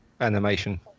animation